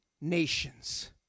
nations